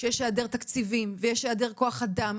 שיש היעדר תקציבים ויש היעדר כוח אדם.